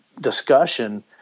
discussion